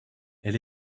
elle